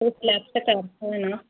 ਉਹ